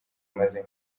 maze